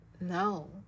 no